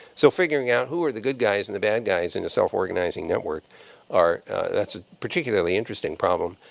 so figuring out who are the good guys and the bad guys in a self-organizing network are that's a particularly interesting problem.